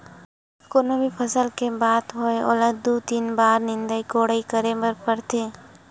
कोनो भी फसल के बात होवय ओला दू, तीन बार निंदई कोड़ई करे बर परथे